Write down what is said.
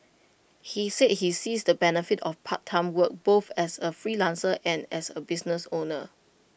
he said he sees the benefit of part time work both as A freelancer and as A business owner